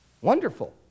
Wonderful